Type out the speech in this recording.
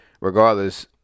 regardless